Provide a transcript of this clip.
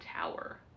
tower